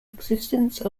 existence